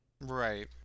Right